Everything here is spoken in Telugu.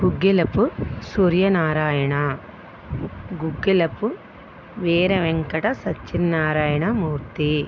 గుగ్గిలపు సూర్య నారాయణ గుగ్గిలపు వీర వెంకట సత్యనారాయణ మూర్తి